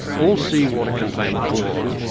all sea water contains boron,